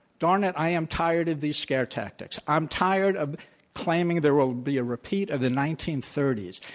darn it, i am tired of these scare tactics, i'm tired of claiming there will be a repeat of the nineteen thirty s.